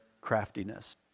craftiness